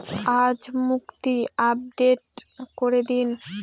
আজ মুক্তি আপডেট করে দিন